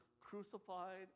crucified